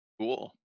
Cool